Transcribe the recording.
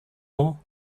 all